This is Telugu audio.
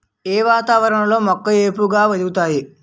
ఏ వాతావరణం లో మొక్కలు ఏపుగ ఎదుగుతాయి?